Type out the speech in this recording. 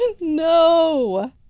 No